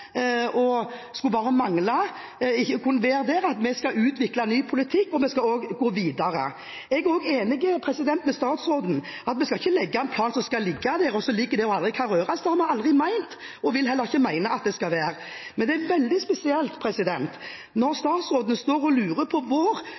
Vi skal også gå videre. Jeg er enig med statsråden i at vi ikke skal legge en plan som skal ligge der, som blir liggende, og som aldri skal røres. Det har vi aldri ment og vil heller aldri mene. Men det er veldig spesielt når statsråden står og lurer på hvor konsistente vi er